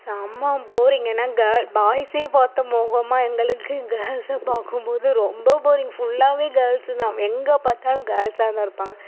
செம்ம போரிங் ஏன்னா கேர்ள் பாய்ஸ்ஸே பார்த்த முகமா இருந்தாலும் கே கேர்ள்ஸ்ஸை பார்க்கும் போது ரொம்ப போரிங் ஃபுல்லாகவே கேர்ள்ஸ்ஸு தான் எங்கே பார்த்தாலும் கேர்ள்ஸ்ஸாக தான் இருப்பாங்க